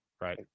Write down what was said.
right